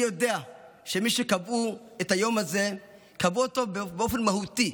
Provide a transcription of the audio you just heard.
אני יודע שמי שקבעו את היום הזה קבעו אותו באופן מהותי,